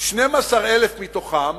כ-12,000 מתוכם